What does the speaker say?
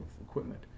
equipment